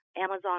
Amazon